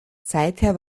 seither